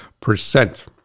percent